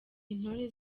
intore